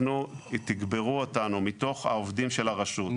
תגברו אותנו מתוך העובדים של הרשות,